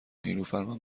نیلوفرمن